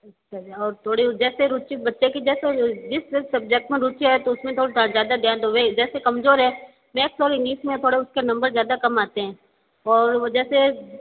अच्छा जी और थोड़ी जैसे रुचि बच्चे की जैसे जिस जिस सब्जेक्ट में रुचि है तो उसमें थोड़ा सा ज़्यादा ध्यान दोगे जैसे कमज़ोर है मैथ्स और इंग्लिस में थोड़ा उसके नंबर ज़्यादा कम आते हैं और वो जैसे